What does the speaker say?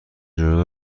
جلو